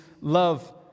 love